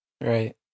Right